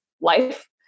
life